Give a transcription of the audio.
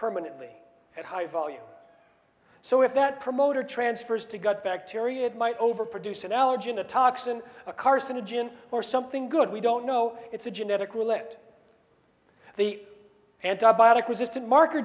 permanently at high volume so if that promoter transfers to gut bacteria it might over produce an allergen a toxin a carcinogen or something good we don't know it's a genetic will it the antibiotic resistant marker